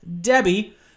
Debbie